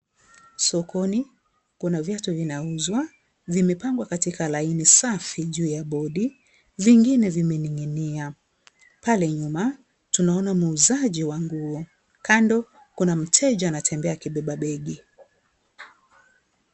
Sokoni kuna vitu vinauzwa, vimepangwa katika laini safi juu ya bodi, zingine zimening'inia, pale nyuma tunaona muuzaji wa nguo, kando kuna mteja anatembea akibeba begi.